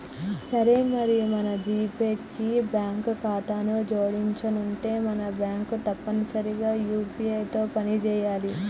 సరే మరి మన జీపే కి బ్యాంకు ఖాతాను జోడించనుంటే మన బ్యాంకు తప్పనిసరిగా యూ.పీ.ఐ తో పని చేయాలి